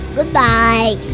Goodbye